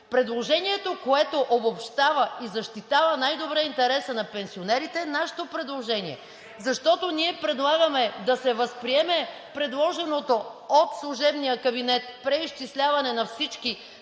Предложението, което обобщава и защитава най-добре интереса на пенсионерите, е нашето предложение, защото ние предлагаме да се възприеме предложеното от служебния кабинет преизчисляване на всички